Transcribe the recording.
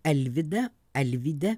alvydą alvydę